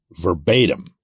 verbatim